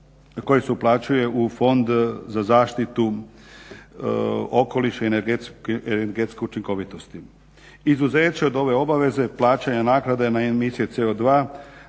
koje se uplaćuje u fond za zaštitu okoliša i energetsku učinkovitost. Izuzeće od ove obaveze, plaćanje naknade na …/Govornik